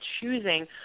choosing